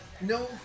No